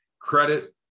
Credit